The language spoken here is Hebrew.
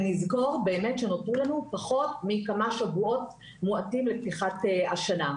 ונזכור שנותרו לנו פחות מכמה שבועות מועטים לפתיחת השנה.